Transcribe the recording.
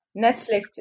netflix